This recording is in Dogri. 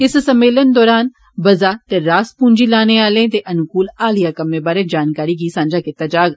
इस सम्मेलन दौरान बजार ते रास पूंजी लाने आह्लें दे अनुकूल हालिया कम्में बारै जानकारी गी सांझा कीता जाग